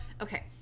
okay